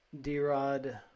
D-Rod